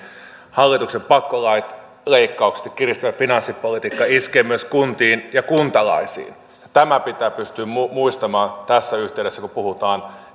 hallituksen pakkolait leikkaukset ja kiristävä finanssipolitiikka iskevät myös kuntiin ja kuntalaisiin tämä pitää pystyä muistamaan tässä yhteydessä kun puhutaan